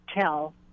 tell